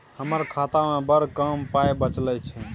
हमर खातामे बड़ कम पाइ बचल छै